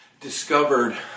discovered